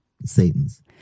Satan's